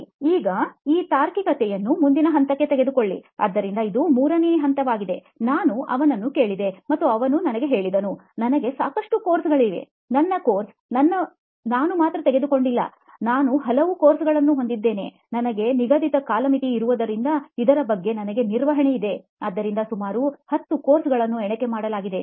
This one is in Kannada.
ಸರಿ ಈಗ ಈ ತಾರ್ಕಿಕತೆಯನ್ನು ಮುಂದಿನ ಹಂತಕ್ಕೆ ತೆಗೆದುಕೊಳ್ಳಿ ಆದ್ದರಿಂದ ಇದು 3 ನೇ ಹಂತವಾಗಿದೆ ನಾನು ಅವನನ್ನು ಕೇಳಿದೆ ಮತ್ತು ಅವನು ನನಗೆ ಹೇಳಿದನು ನನಗೆ ಸಾಕಷ್ಟು ಕೋರ್ಸ್ಗಳಿವೆ ನಿಮ್ಮ ಕೋರ್ಸ್ ನಾನು ಮಾತ್ರ ತೆಗೆದುಕೊಳ್ಳುವುದಿಲ್ಲ ನಾನು ಹಲವು ಕೋರ್ಸ್ಗಳನ್ನು ಹೊಂದಿದ್ದೇನೆ ನನಗೆ ನಿಗದಿತ ಕಾಲಮಿತಿ ಇರುವುದರಿಂದ ಇದರ ಬಗ್ಗೆ ನನಗೆ ನಿರ್ವಹಣೆ ಇದೆ ಆದ್ದರಿಂದ ನನಗೆ ಸುಮಾರು 10 ಕೋರ್ಸ್ಗಳನ್ನು ಎಣಿಕೆ ಮಾಡಲಾಗಿದೆ